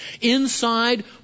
Inside